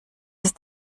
ist